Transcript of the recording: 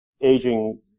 aging